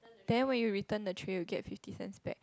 then when you return the try you get fifty cents back